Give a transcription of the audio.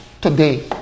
today